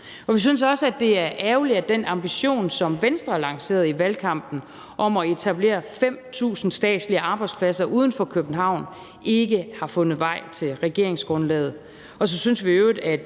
vi synes også, det er ærgerligt, at den ambition, som Venstre lancerede i valgkampen, om at etablere 5.000 statslige arbejdspladser uden for København, ikke har fundet vej til regeringsgrundlaget.